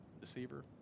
Deceiver